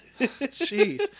Jeez